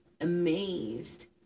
amazed